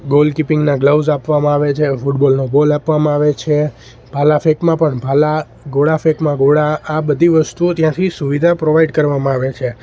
ગોલકિપિંગના gloves આપવામાં આવે છે ફૂટબોલનો ગોલ આપવામાં આવે છે ભાલાફેંકમાં પણ ભાલા ગોળાફેંકમાં ગોળા આ બધી વસ્તુઓ ત્યાંથી સુવિધા પ્રોવાઈડ કરવામાં આવે છે